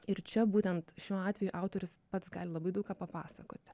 ir čia būtent šiuo atveju autorius pats gali labai daug ką papasakoti